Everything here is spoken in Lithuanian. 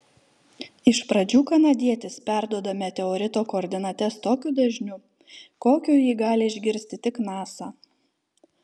iš pradžių kanadietis perduoda meteorito koordinates tokiu dažniu kokiu jį gali išgirsti tik nasa